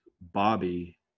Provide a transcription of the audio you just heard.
Bobby